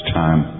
time